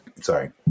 sorry